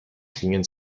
klingen